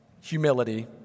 humility